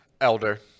Elder